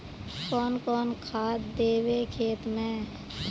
कौन कौन खाद देवे खेत में?